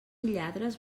lladres